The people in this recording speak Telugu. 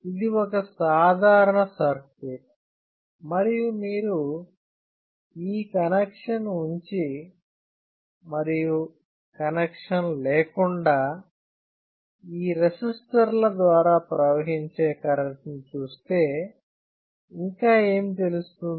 ఇది ఒక సాధారణ సర్క్యూట్ మరియు మీరు ఈ కనెక్షన్ ఉంచి మరియు కనెక్షన్ లేకుండా ఈ రెసిస్టర్ల ద్వారా ప్రవహించే కరెంటు చూస్తే ఇంకా ఏమి తెలుస్తుంది